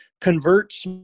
converts